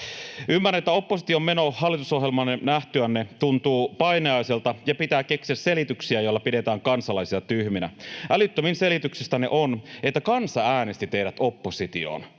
Ymmärrän, että oppositioon meno hallitusohjelman nähtyänne tuntuu painajaiselta ja pitää keksiä selityksiä, joilla pidetään kansalaisia tyhminä. Älyttömin selityksistänne on, että kansa äänesti teidät oppositioon.